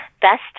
best